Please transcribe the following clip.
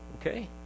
okay